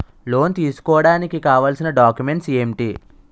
Loan తీసుకోడానికి కావాల్సిన documents ఎంటి?